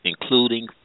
including